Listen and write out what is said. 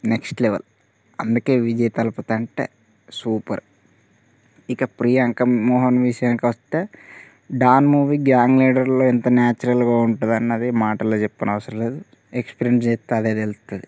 next level అందుకే విజయ్ తలపతి అంటే super ఇక ప్రియాంక మోహన్ విషయానికొస్తే డాన్ మూవీ గ్యాంగ్ లీడర్లో ఎంత న్యాచురల్గా ఉంటుంది అన్నది మాటల్లో చెప్పిన అవసరం లేదు ఎక్స్పీరియన్స్ చేస్తే అదే తెలుస్తుంది